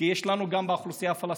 כי יש לנו גם האוכלוסייה הפלסטינית,